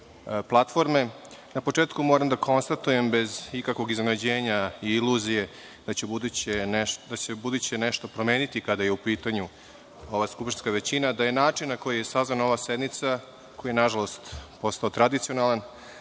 na početku moram da konstatujem, bez ikakvog iznenađenja i iluzije da će se u buduće nešto promeniti kada je u pitanju ova skupštinska većina, da je način na koji je sazvana ova sednica koji je, nažalost, postao tradicionalan